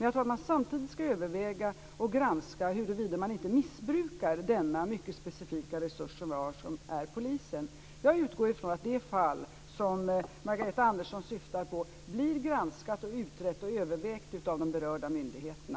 Jag tror att man samtidigt skall överväga och granska huruvida man missbrukar denna mycket specifika resurs som är polisen. Jag utgår från att det fall som Margareta Andersson syftar på blir granskat, utrett och övervägt av de berörda myndigheterna.